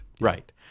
right